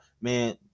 man